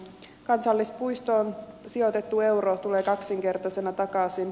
kansallispuistoon sijoitettu euro tulee kaksinkertaisena takaisin